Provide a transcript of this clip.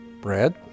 bread